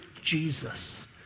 Jesus